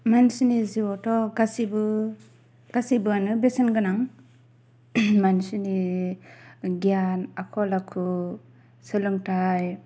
मानसिनि जिउआवथ' गासिबोआनो बेसेन गोनां मानसिनि गियान आखल आखु सोलोंथाय